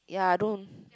ya I don't